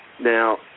now